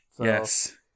Yes